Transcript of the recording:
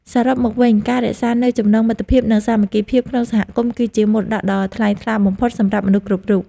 សរុបមកវិញ ការរក្សានូវចំណងមិត្តភាព និងសាមគ្គីភាពក្នុងសហគមន៍ គឺជាមរតកដ៏ថ្លៃថ្លាបំផុតសម្រាប់មនុស្សគ្រប់រូប។